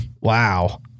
Wow